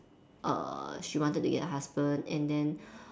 err she wanted to get a husband and then